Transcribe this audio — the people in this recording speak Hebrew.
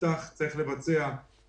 צריך לבצע את מה שהובטח.